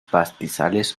pastizales